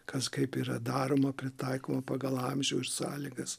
kas kaip yra daroma pritaikoma pagal amžių ir sąlygas